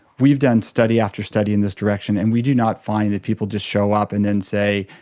we've done study after study in this direction and we do not find that people just show up and then say,